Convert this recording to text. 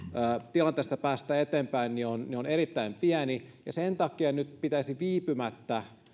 tilanteesta päästään eteenpäin on erittäin pieni ja sen takia nyt pitäisi viipymättä